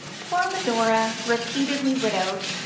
poor medora, repeatedly widowed,